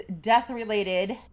death-related